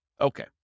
Okay